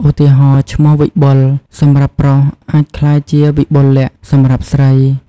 ឧទាហរណ៍ ឈ្មោះ "វិបុល" សម្រាប់ ប្រុស អាចក្លាយជា "វិបុលលក្ខណ៍" សម្រាប់ស្រី។